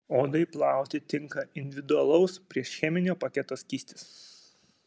odai plauti tinka individualaus priešcheminio paketo skystis